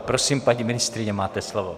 Prosím, paní ministryně, máte slovo.